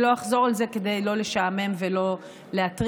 לא אחזור על זה כדי לא לשעמם ולא להטריח,